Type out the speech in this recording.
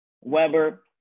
Weber